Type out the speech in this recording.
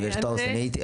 אוקיי, תודה.